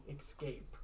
escape